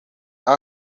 com